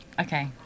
okay